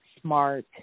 smart